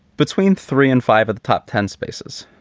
between three and five of the top ten spaces.